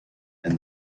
and